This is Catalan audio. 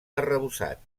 arrebossat